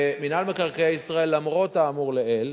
מינהל מקרקעי ישראל, למרות האמור לעיל,